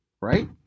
right